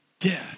death